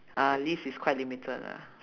uh list is quite limited lah